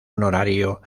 honorario